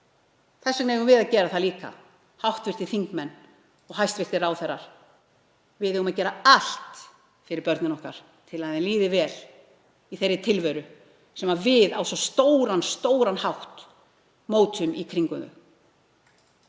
Þess vegna eigum við að gera það líka, hv. þingmenn og hæstv. ráðherrar. Við eigum að gera allt fyrir börnin okkar til að þeim líði vel í þeirri tilveru sem við mótum á svo stóran hátt í kringum